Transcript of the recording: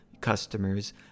customers